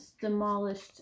demolished